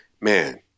man